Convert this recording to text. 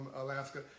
Alaska